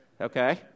Okay